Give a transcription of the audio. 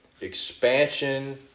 expansion